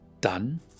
done